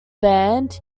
band